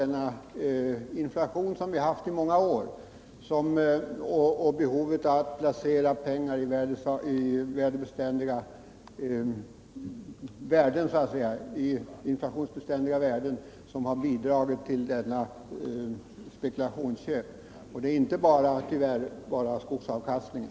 En viktig bidragande faktor till spekulationsköpen är också den inflation som vi haft i många år och som medfört behov av kapitalplaceringar i värden som inte urholkas så lätt av inflationen.